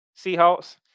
Seahawks